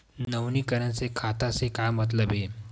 नवीनीकरण से खाता से का मतलब हे?